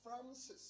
Francis